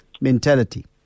Mentality